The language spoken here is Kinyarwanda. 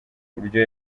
buryo